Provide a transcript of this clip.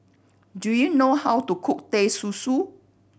do you know how to cook Teh Susu